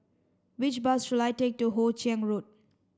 which bus should I take to Hoe Chiang Road